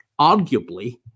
arguably